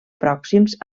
pròxims